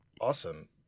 awesome